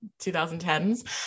2010s